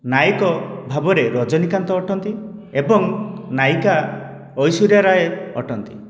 ନାୟକ ଭାବରେ ରଜନୀକାନ୍ତ ଅଟନ୍ତି ଏବଂ ନାୟିକା ଐଶର୍ୟା ରାୟ ଅଟନ୍ତି